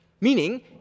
Meaning